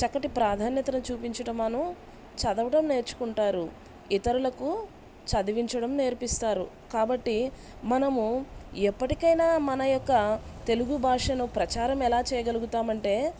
చక్కటి ప్రాధాన్యతను చూపించడము చదవడం నేర్చుకుంటారు ఇతరులకు చదివించడం నేర్పిస్తారు కాబట్టి మనము ఎప్పటికి అయినా మన యొక్క తెలుగు భాషను ప్రచారం ఎలా చేయగలుగుతాము అంటే